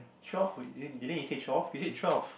twelve wait didn't you say twelve you said twelve